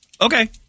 Okay